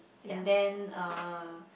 and then uh